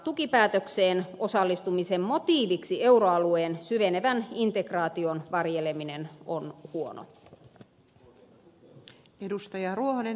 tukipäätökseen osallistumisen motiiviksi euroalueen syvenevän integraation varjeleminen on huono asia